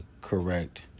correct